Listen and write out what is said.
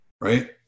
Right